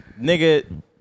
Nigga